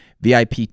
VIP